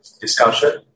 discussion